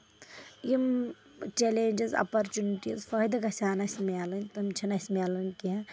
یِم challenges opportunities فٲیدٕ گژھہِ ہان اَسہِ مِلٕنۍ تِم چھِ نہٕ اَسہِ مِلان کیٚنٛہہ